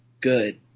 good